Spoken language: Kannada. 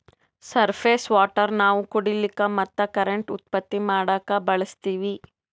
ಸರ್ಫೇಸ್ ವಾಟರ್ ನಾವ್ ಕುಡಿಲಿಕ್ಕ ಮತ್ತ್ ಕರೆಂಟ್ ಉತ್ಪತ್ತಿ ಮಾಡಕ್ಕಾ ಬಳಸ್ತೀವಿ